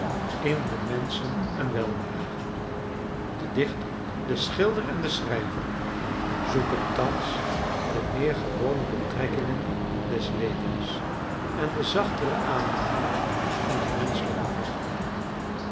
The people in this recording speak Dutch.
in de menschen een welbehagen de dichter de schilder en de schrijver zoeken thans de meer gewone betrekkingen des levens en de zachtere aandoeningen van het menschelijke hart